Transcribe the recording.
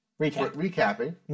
Recapping